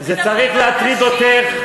זה צריך להטריד אותך.